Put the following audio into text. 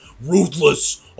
ruthless